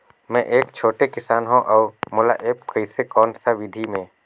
मै एक छोटे किसान हव अउ मोला एप्प कइसे कोन सा विधी मे?